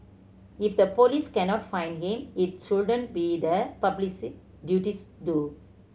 if the police cannot find him it shouldn't be the public duties to